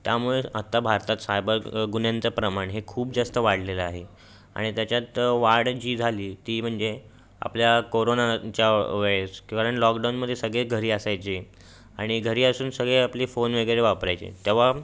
त्यामुळेच आत्ता भारतात सायबर गुन्ह्यांचं प्रमाण हे खूप जास्त वाढलेलं आहे आणि त्याच्यात वाढ जी झाली ती म्हणजे आपल्या कोरोनाच्या वेळेस किंवा देन लॉक डाऊनमध्ये सगळे घरी असायचे आणि घरी असून सगळे आपली फोन वगैरे वापरायचे तेवाम